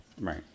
right